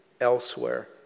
elsewhere